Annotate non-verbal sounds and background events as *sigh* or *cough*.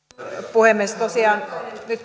puhemies tosiaan nyt *unintelligible*